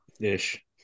Ish